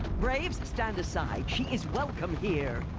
braves! stand aside, she is welcome here!